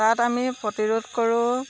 তাত আমি প্ৰতিৰোধ কৰোঁ